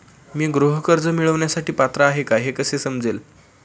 मी गृह कर्ज मिळवण्यासाठी पात्र आहे का हे कसे समजेल?